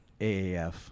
AAF